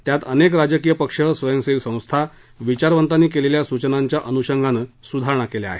त्यात अनेक राजकीय पक्ष स्वयंसेवी संस्था विचारवतांनी केलेल्या सूचनांच्या अनुषंगाने सुधारणा केल्या आहेत